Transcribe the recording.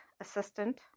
assistant